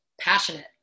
Passionate